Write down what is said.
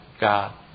God